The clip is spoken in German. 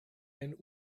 ein